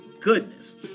goodness